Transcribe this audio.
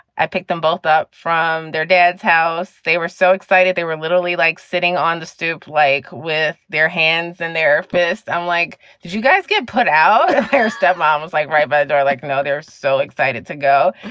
i picked them both up from their dad's house. they were so excited. they were literally like sitting on the stoop, like with their hands and their fists. i'm like, did you guys get put out there? step mom was like right by the door. like, no, they're so excited to go.